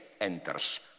enters